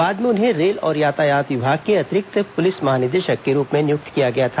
बाद में उन्हें रेल और यातायात विभाग के अतिरिक्त पुलिस महानिदेशक के रूप में नियुक्त किया गया था